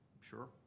Sure